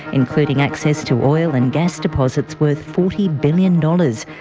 including access to oil and gas deposits worth forty billion dollars.